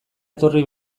etorri